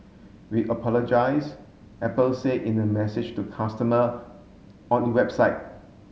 we apologise Apple say in a message to customer on it website